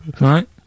Right